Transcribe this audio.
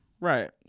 Right